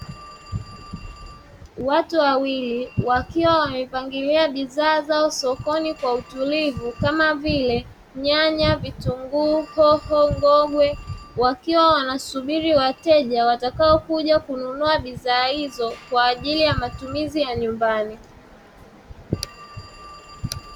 Watu wawili wakiwa wamepangilia bidhaa zao sokoni kwa utulivu kama vile: nyanya, vitunguu, hoho, ngogwe wakiwa wanasubiri wateja watakao kuja kununua bidhaa hizo, kwaajili ya matumizi ya nyumbani.